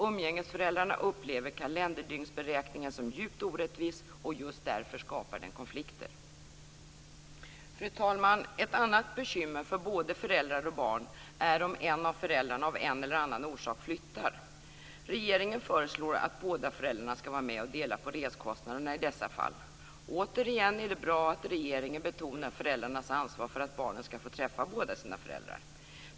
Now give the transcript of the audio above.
Umgängesföräldrarna upplever kalenderdygnsberäkningen som djupt orättvis, och just därför skapar den konflikter. Fru talman! Ett annat bekymmer för både föräldrar och barn är om en av föräldrarna av en eller annan orsak flyttar. Regeringen föreslår att båda föräldrarna skall vara med och dela på reskostnaderna i dessa fall. Återigen är det bra att regeringen betonar föräldrarnas ansvar för att barnen skall få träffa båda sina föräldrar.